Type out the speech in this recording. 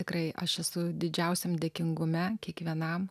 tikrai aš esu didžiausiam dėkingume kiekvienam